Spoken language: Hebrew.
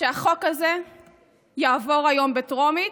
שהחוק הזה יעבור היום בטרומית,